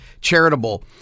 charitable